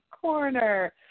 Corner